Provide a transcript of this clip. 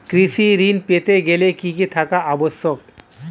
কৃষি ঋণ পেতে গেলে কি কি থাকা আবশ্যক?